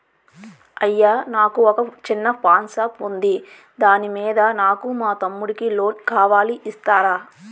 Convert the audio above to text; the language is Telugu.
అయ్యా నాకు వొక చిన్న పాన్ షాప్ ఉంది దాని మీద నాకు మా తమ్ముడి కి లోన్ కావాలి ఇస్తారా?